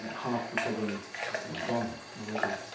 half the problem is gone already.